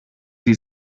sie